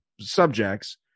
subjects